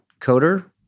coder